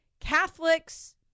Catholics